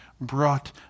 brought